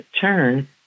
turn